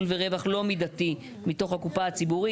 ורווח לא מידתי מתוך הקופה הציבורית.